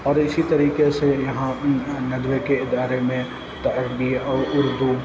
اور اِسی طریقے سے یہاں ندوے کے بارے میں اُردو